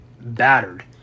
battered